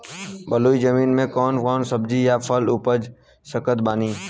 बलुई जमीन मे कौन कौन सब्जी या फल उपजा सकत बानी?